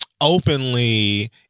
openly